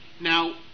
Now